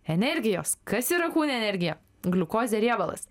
energijos kas yra kūne energija gliukozė riebalas